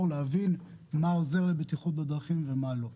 להבין מה עוזר לבטיחות בדרכים ומה לא.